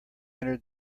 entered